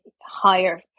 higher